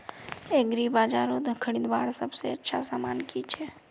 एग्रीबाजारोत खरीदवार सबसे अच्छा सामान की छे?